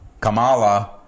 Kamala